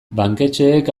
banketxeek